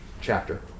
chapter